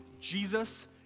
Jesus